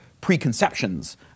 preconceptions